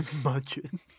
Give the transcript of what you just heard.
Imagine